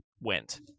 went